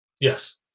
Yes